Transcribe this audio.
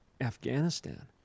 Afghanistan